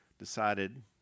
decided